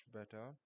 better